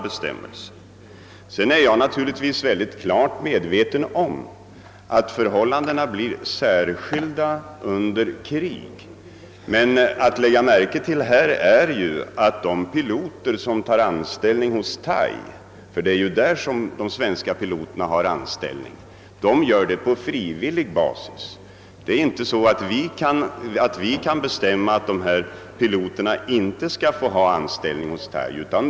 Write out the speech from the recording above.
Jag är emellertid fullt medveten om att det uppstår särskilda förhållanden under krig, men man bör lägga märke till att de piloter som tar anställning hos Thai, ty det är ju där de svenska piloterna i fråga är anställda, gör detta frivilligt. Vi kan inte bestämma att piloterna inte får ta anställning hos Thai.